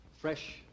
fresh